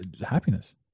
Happiness